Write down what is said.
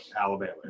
alabama